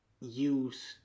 use